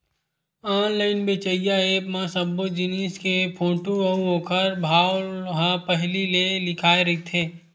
online बेचइया app म सब्बो जिनिस के फोटू अउ ओखर भाव ह पहिली ले लिखाए रहिथे